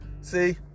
See